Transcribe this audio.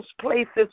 places